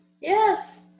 Yes